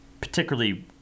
particularly